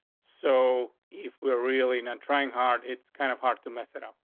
so if we're really not trying hard, it's kind of hard to mess it up.